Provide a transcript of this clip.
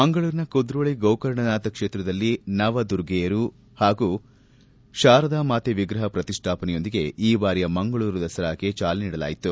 ಮಂಗಳೂರಿನ ಕುದ್ರೋಳಿ ಗೋಕರ್ಣನಾಥ ಕ್ಷೇತ್ರದಲ್ಲಿ ನವದುರ್ಗೆಯರು ಹಾಗೂ ಶಾರದಾ ಮಾತೆ ವಿಗ್ರಹ ಪ್ರತಿಷ್ಠಾಪನೆಯೊಂದಿಗೆ ಈ ಬಾರಿಯ ಮಂಗಳೂರು ದಸರಾಗೆ ಇಂದು ಚಾಲನೆ ದೊರೆಯಿತು